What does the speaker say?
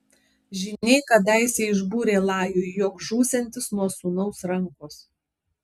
žyniai kadaise išbūrė lajui jog žūsiantis nuo sūnaus rankos